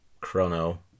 Chrono